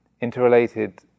interrelated